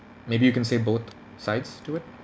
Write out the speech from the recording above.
maybe you can say both sides to it